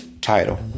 title